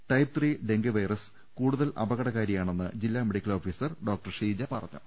type three dengue virus കൂടുതൽ അപകടകാരിയാണെന്ന് ജില്ലാ മെഡിക്കൽ ഓഫീസർ ഡോക്ടർ ഷീജ പറഞ്ഞു